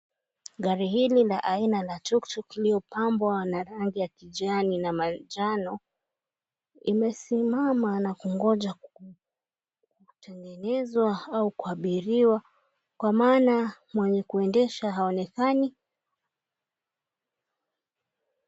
Gari hili la aina la tuktuk iliyopambwa na rangi ya kijani na manjano, imesimama na kungoja kutengenezwa au kuabiriwa kwa maana mwenye kuendesha haonekani.